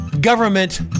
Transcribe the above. government